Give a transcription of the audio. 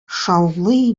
шаулый